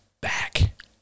back